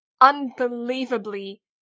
unbelievably